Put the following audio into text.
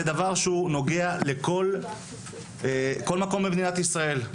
זה דבר שנוגע לכל מקום במדינת ישראל.